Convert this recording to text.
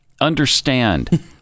understand